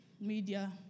Media